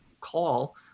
call